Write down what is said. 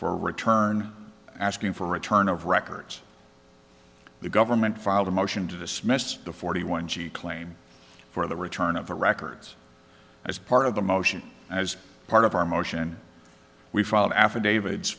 for a return asking for a return of records the government filed a motion to dismiss the forty one g claim for the return of the records as part of the motion as part of our motion we filed affidavit